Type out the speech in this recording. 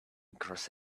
across